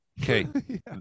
Okay